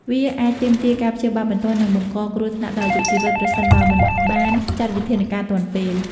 វាអាចទាមទារការព្យាបាលបន្ទាន់ និងបង្កគ្រោះថ្នាក់ដល់អាយុជីវិតប្រសិនបើមិនបានចាត់វិធានការទាន់ពេល។